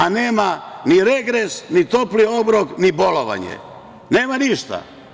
A, nema ni regres, ni topli obrok, ni bolovanje, nema ništa.